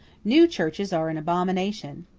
new churches are an abomination.